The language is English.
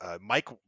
Mike